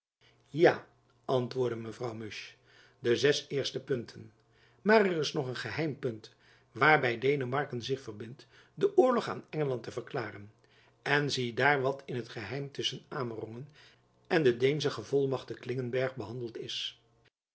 ja antwoordde mevrouw musch de zes eerste punten maar er is nog een geheim punt waarby denemarken zich verbindt den oorlog aan engeland te verklaren en ziedaar wat in t geheim tusschen amerongen en den deenschen gevolmagtigde clingenberg behandeld is